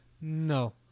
No